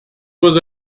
was